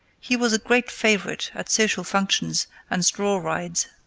he was a great favorite at social functions and straw rides.